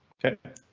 ok,